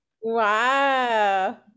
wow